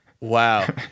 Wow